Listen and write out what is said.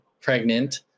pregnant